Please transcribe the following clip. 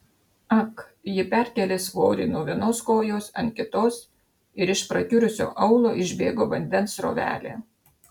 ak ji perkėlė svorį nuo vienos kojos ant kitos ir iš prakiurusio aulo išbėgo vandens srovelė